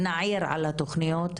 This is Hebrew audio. נעיר על התוכניות,